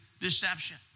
deception